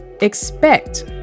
expect